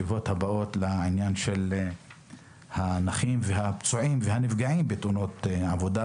לעניין הנכים והפצועים והנפגעים בתאונות עבודה,